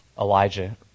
Elijah